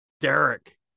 Derek